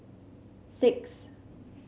six